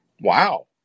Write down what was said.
Wow